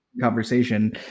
conversation